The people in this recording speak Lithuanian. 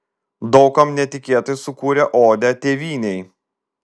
daug kam netikėtai sukūrė odę tėvynei